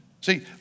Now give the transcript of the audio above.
See